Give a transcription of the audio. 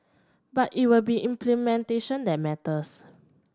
but it will be implementation that matters